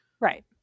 right